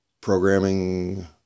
programming